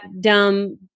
dumb